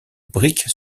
brique